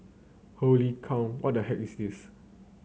holy cow what the heck is this